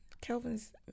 Kelvin's